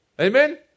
Amen